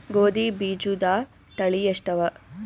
ಗೋಧಿ ಬೀಜುದ ತಳಿ ಎಷ್ಟವ?